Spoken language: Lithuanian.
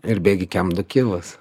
ir bėgi kem du kilus